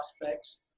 prospects